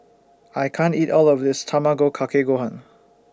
I can't eat All of This Tamago Kake Gohan